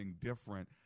different